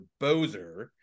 bozer